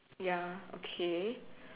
ya okay